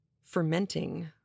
fermenting